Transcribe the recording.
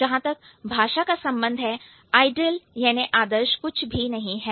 जहां तक भाषा का संबंध है आइडियल याने आदर्श कुछ भी नहीं है